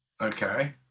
Okay